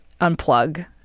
unplug